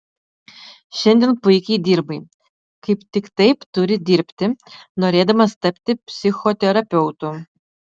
šiandien puikiai dirbai kaip tik taip turi dirbti norėdamas tapti psichoterapeutu